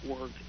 work